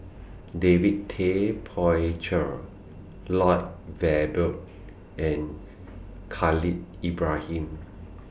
David Tay Poey Cher Lloyd Valberg and Khalil Ibrahim